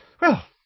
Well